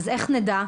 אז איך נדע?